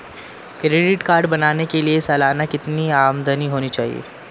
Credit card बनाने के लिए सालाना कितनी आमदनी होनी चाहिए?